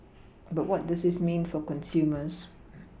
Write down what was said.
but what does this mean for consumers